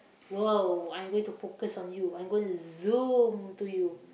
!wow! I'm going to focus on you I'm going to zoom to you